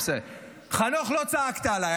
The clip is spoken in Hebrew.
חנוך, לא צעקת עליי,